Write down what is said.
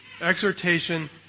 Exhortation